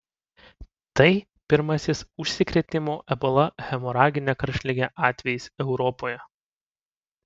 tai pirmasis užsikrėtimo ebola hemoragine karštlige atvejis europoje